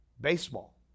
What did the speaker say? Baseball